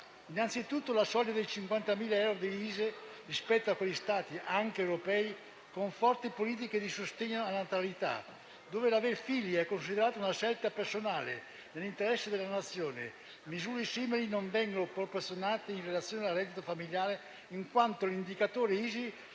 innanzitutto, la soglia dei 50.000 euro dell'ISEE, rispetto a quegli Stati, anche europei, con forti politiche di sostegno alla natalità, dove l'aver figli è considerato una scelta personale, nell'interesse della Nazione, misure simili non vengono proporzionate in relazione al reddito familiare, in quanto l'indicatore ISEE